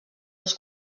les